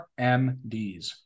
RMDs